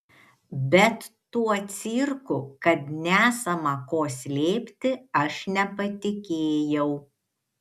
bet tuo cirku kad nesama ko slėpti aš nepatikėjau